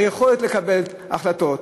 היכולת לקבל החלטות.